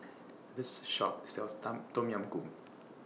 This Shop sells Tom Tom Yam Goong